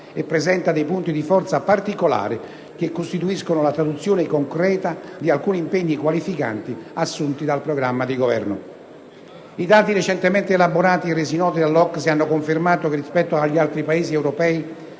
e presenta punti di forza particolari che costituiscono la traduzione concreta di alcuni impegni qualificanti assunti nel programma di Governo. I dati recentemente elaborati e resi noti dall'OCSE hanno confermato che, rispetto agli altri Paesi europei,